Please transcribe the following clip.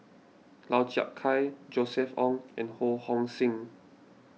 Lau Chiap Khai Josef Ng and Ho Hong Sing